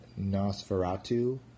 Nosferatu